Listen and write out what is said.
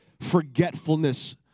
forgetfulness